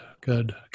good